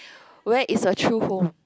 where is a true home